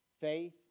Faith